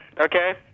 okay